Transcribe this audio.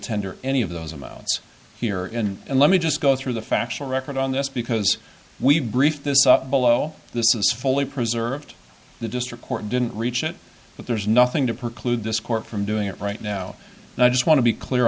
tender any of those amounts here in and let me just go through the factual record on this because we've briefed this below this is fully preserved the district court didn't reach it but there's nothing to preclude this court from doing it right now and i just want to be clear